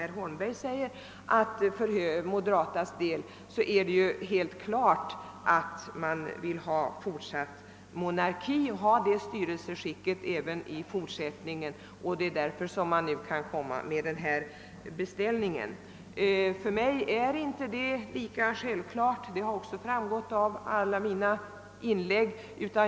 Herr Holmberg säger att det för de moderatas del är alldeles klart att Sverige skall vara en monarki även i fortsättningen och att det är därför som denna beställning skall göras. För mig är min uppfattning lika självklar, vilket också framgått av alla mina inlägg.